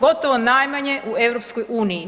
Gotovo najmanje u EU-u.